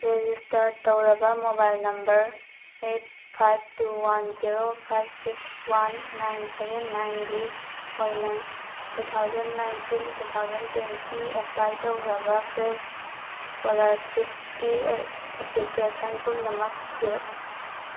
register ꯇꯧꯔꯕ mobile number eight ꯐꯥꯏꯕ two one zero ꯐꯥꯏꯕ six one nine seven nine ꯒꯤ ꯑꯣꯏꯅ two thousand nineteen two thousand twenty apply ꯇꯧꯈ꯭ꯔꯕ fresh scholarship ꯀꯤ ꯑꯦꯄ꯭ꯂꯤꯀꯦꯁꯟ ꯄꯨꯝꯅꯃꯛ ꯊꯤꯔꯛꯎ